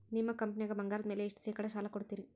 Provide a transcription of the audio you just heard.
ನಿಮ್ಮ ಕಂಪನ್ಯಾಗ ಬಂಗಾರದ ಮ್ಯಾಲೆ ಎಷ್ಟ ಶೇಕಡಾ ಸಾಲ ಕೊಡ್ತಿರಿ?